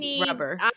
rubber